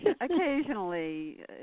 Occasionally